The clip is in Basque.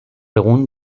egun